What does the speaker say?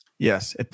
Yes